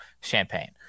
champagne